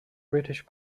british